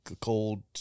cold